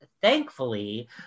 thankfully